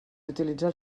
utilitzar